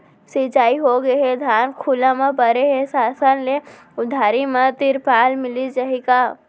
मिंजाई होगे हे, धान खुला म परे हे, शासन ले उधारी म तिरपाल मिलिस जाही का?